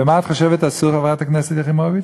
ומה את חושבת עשו, חברת הכנסת יחימוביץ?